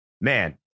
Man